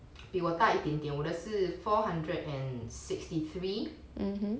比我大一点点我的是 four hundred and sixty three